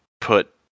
put